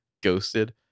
ghosted